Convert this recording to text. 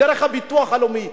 דרך הביטוח הלאומי.